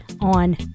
on